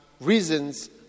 Reasons